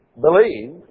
believe